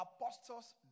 apostles